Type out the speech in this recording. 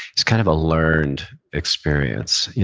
is kind of a learned experience,